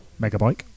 Megabike